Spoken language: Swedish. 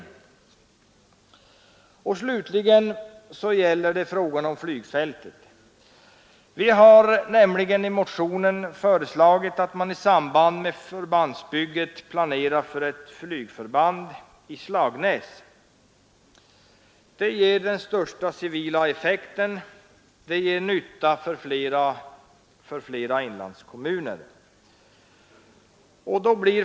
Slutligen gäller det frågan om flygfältet. Vi har i motionen föreslagit att man i samband med förbandsbygget planerar för ett flygfält i Slagnäs. Det ger den största civila effekten, det gör nytta för flera inlandskommuner.